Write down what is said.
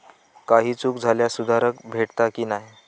काही चूक झाल्यास सुधारक भेटता की नाय?